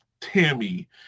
Tammy